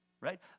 Right